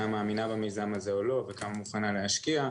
מאמינה במיזם הזה או לא וכמה היא מוכנה להשקיע.